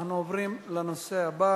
נעבור להצעות לסדר-היום בנושא: